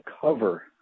cover